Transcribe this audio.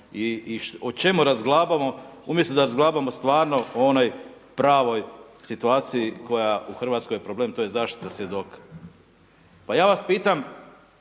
i o čemu razglabamo umjesto da razglabamo stvarno o onoj pravoj situaciji koja u Hrvatskoj je problem to je zaštita svjedoka. Pa ja vas pitam